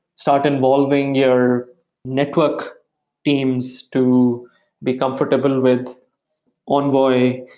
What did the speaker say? start involving your network teams to be comfortable with envoy,